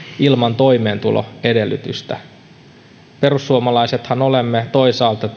ilman toimeentuloedellytystä me perussuomalaisethan olemme toisaalta